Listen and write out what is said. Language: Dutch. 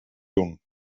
doen